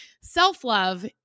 self-love